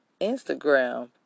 Instagram